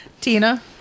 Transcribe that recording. Tina